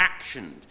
actioned